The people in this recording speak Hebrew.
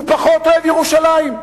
הוא פחות אוהב ירושלים.